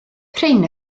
prin